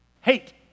hate